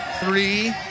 Three